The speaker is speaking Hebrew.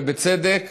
ובצדק,